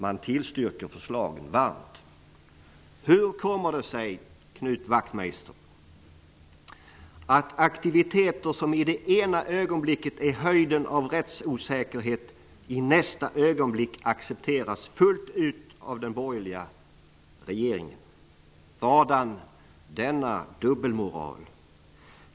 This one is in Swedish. Man tillstyrker förslagen varmt. Hur kommer det sig, Knut Wachtmeister, att aktiviteter som i det ena ögonblicket är höjden av rättsosäkerhet i nästa ögonblick accepteras fullt ut av den borgerliga regeringen? Vadan denna dubbelmoral?